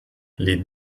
les